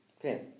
Okay